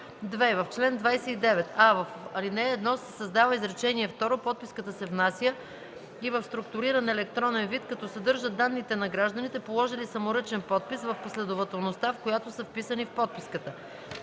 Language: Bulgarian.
2. В чл. 29: а) в ал. 1 се създава изречение второ: „Подписката се внася и в структуриран електронен вид, като съдържа данните на гражданите, положили саморъчен подпис, в последователността, в която са вписани в подписката.”